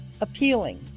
appealing